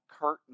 curtain